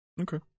okay